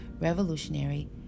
Revolutionary